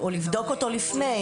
או לבדוק אותו לפני,